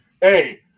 hey